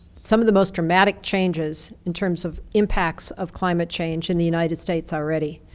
some of the most dramatic changes in terms of impacts of climate change in the united states already.